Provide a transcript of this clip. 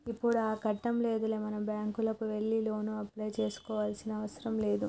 ఇప్పుడు ఆ కట్టం లేదులే మనం బ్యాంకుకే వెళ్లి లోను అప్లై చేసుకోవాల్సిన అవసరం లేదు